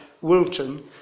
Wilton